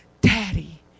daddy